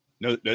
no